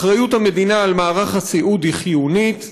אחריות המדינה על מערך הסיעוד היא חיונית.